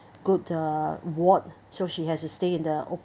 good uh ward so she has to stay in the